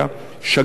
שגרירים,